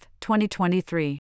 2023